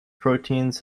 proteins